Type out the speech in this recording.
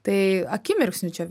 tai akimirksniu čia